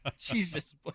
Jesus